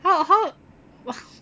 how how